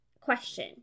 question